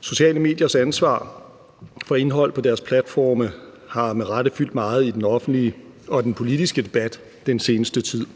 Sociale mediers ansvar for indhold på deres platforme har med rette fyldt meget i den offentlige og den politiske debat den seneste tid.